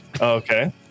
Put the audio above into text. okay